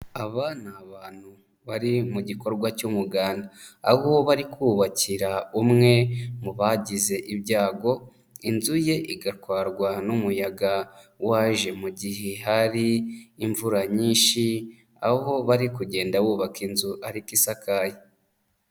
Aba ni abantu bari mu gikorwa cy'umuganda aho bari kubakira umwe mu bagize ibyago inzu ye igatwarwa n'umuyaga waje mu gihe hari imvura nyinshi, aho bari kugenda bubaka inzu ariko isakaye.